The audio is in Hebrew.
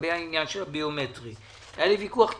לגבי עניין הביומטרי והיה לי ויכוח טכני.